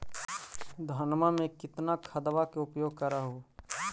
धानमा मे कितना खदबा के उपयोग कर हू?